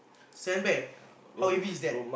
sand bag how heavy is that